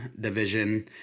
division